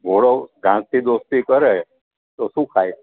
ઘોડો ઘાંસથી દોસ્તી કરે તો શું ખાય